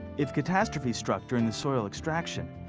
if catastrophe struck during the soil extraction,